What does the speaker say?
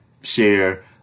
share